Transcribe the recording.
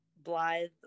Blythe